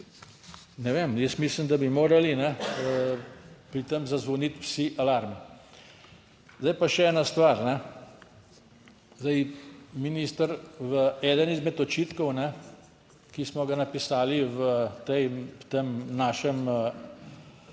ne vem, jaz mislim, da bi morali pri tem zazvoniti vsi alarmi. Zdaj pa še ena stvar, zdaj minister v eden izmed očitkov, ki smo ga napisali v tem našem